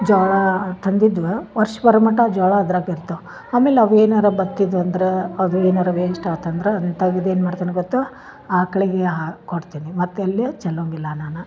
ಜ್ವಾಳ ತಂದಿದ್ವ ವರ್ಷ ಬರೋ ಮಟ ಜ್ವಾಳ ಅದ್ರಾಗ ಇರ್ತವ ಆಮೇಲೆ ಅವ ಏನಾರ ಬತ್ತಿದ್ದು ಅಂದ್ರೆ ಅದು ಏನಾರ ವೇಸ್ಟ್ ಆತು ಅಂದ್ರೆ ಅದನ್ನ ತಗ್ದು ಏನ್ಮಾಡ್ತೀನಿ ಗೊತ್ತಾ ಆಕಳಿಗೆ ಆಹಾ ಕೊಡ್ತೀನಿ ಮತ್ತು ಎಲ್ಲಿಯು ಚೆಲ್ಲೊಂಗಿಲ್ಲ ಅನ್ನನ